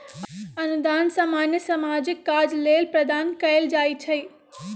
अनुदान सामान्य सामाजिक काज लेल प्रदान कएल जाइ छइ